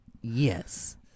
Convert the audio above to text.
Yes